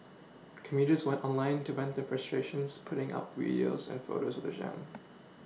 commuters went online to vent their frustrations putting up videos and photos of the jam